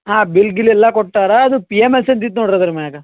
ಹಾಂ ಬಿಲ್ ಗಿಲ್ ಎಲ್ಲ ಕೊಟ್ಟಾರ ಅದು ಪಿ ಎಮ್ ಎಸ್ ಅಂತ ಇತ್ತು ನೋಡ್ರಿ ಅದ್ರ ಮ್ಯಾಲೆ